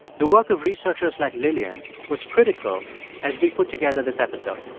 the work of researchers like lillian was critical as we put together this episode.